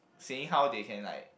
seeing how they can like